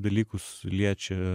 dalykus liečia